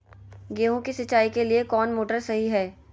गेंहू के सिंचाई के लिए कौन मोटर शाही हाय?